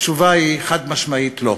התשובה היא, חד-משמעית לא.